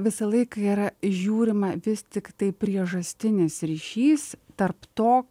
visą laiką yra žiūrima vis tiktai priežastinis ryšys tarp to